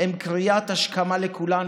הם קריאת השכמה לכולנו,